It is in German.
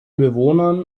bewohnern